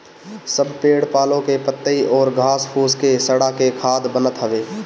सब पेड़ पालो के पतइ अउरी घास फूस के सड़ा के खाद बनत हवे